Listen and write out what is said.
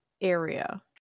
area